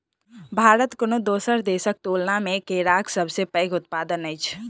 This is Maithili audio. भारत कोनो दोसर देसक तुलना मे केराक सबसे पैघ उत्पादक अछि